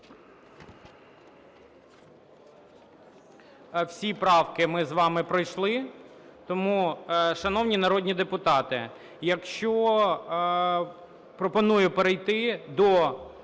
Всі правки ми з вами пройшли. Тому, шановні народні депутати, якщо… Пропоную перейти до